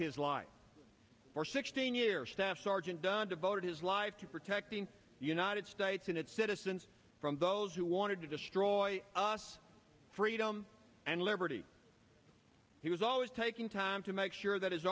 his life for sixteen years staff sergeant dunn devoted his life to protecting the united states and its citizens from those who wanted to destroy us freedom and liberty he was always taking time to make sure that his